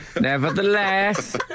nevertheless